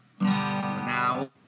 Now